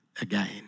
again